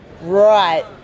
right